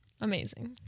amazing